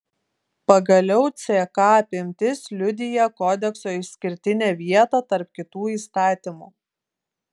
pagaliau ck apimtis liudija kodekso išskirtinę vietą tarp kitų įstatymų